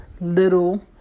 little